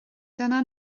dyna